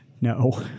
No